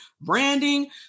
branding